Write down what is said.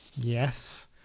Yes